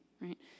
Right